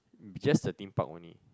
just the Theme Park only